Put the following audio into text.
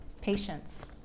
patience